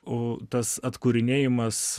o tas atkūrinėjimas